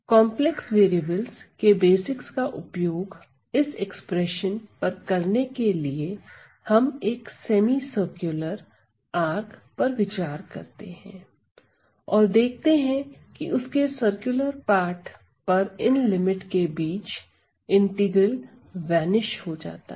complex variables के basic का उपयोग इस एक्सप्रेशन पर करने के लिए हम एक सेमी सर्कुलर आर्क पर विचार करते हैं और देखते हैं कि उसके सर्कुलर पार्ट इन लिमिट के बीच इंटीग्रल वेनिश हो जाता है